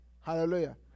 hallelujah